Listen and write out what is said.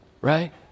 Right